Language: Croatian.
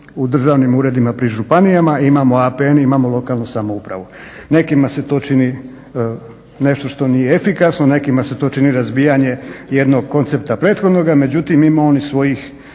u državnim uredima pri županijama, imamo APN, imamo lokalnu samoupravu. Nekima se to čini nešto što nije efikasno, nekima se to čini razbijanje jednog koncepta prethodnoga. Međutim, ima onih svih